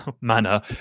manner